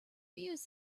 reviews